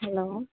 hello